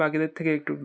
বাকিদের থেকে একটু